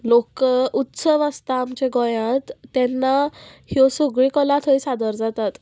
लोक उत्सव आसता आमच्या गोंयांत तेन्ना ह्यो सगल्यो कला थंय सादर जातात